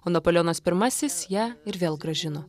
o napoleonas pirmasis ją ir vėl grąžino